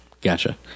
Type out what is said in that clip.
gotcha